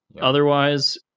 Otherwise